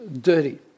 dirty